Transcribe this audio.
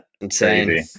insane